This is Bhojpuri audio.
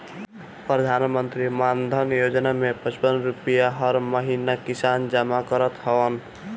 प्रधानमंत्री मानधन योजना में पचपन रुपिया हर महिना किसान जमा करत हवन